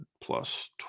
plus